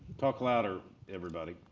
talk louder, everybody.